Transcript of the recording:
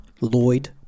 Lloyd